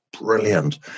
brilliant